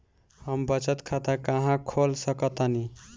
हम बचत खाता कहां खोल सकतानी?